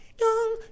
Young